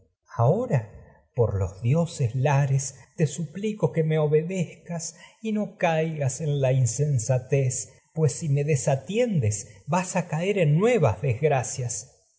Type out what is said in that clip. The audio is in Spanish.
ahora por cas los dioses en lares te suplico que me obedez me y no vas caigas caer la insensatez pues si desgracias desatien des a en nuevas